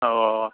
അ ഒവ ഒവ